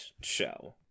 show